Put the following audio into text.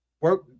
work